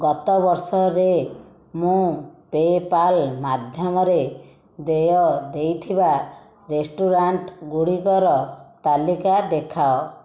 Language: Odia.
ଗତ ବର୍ଷରେ ମୁଁ ପେ'ପାଲ୍ ମାଧ୍ୟମରେ ଦେୟ ଦେଇଥିବା ରେଷ୍ଟୁରାଣ୍ଟ୍ଗୁଡ଼ିକର ତାଲିକା ଦେଖାଅ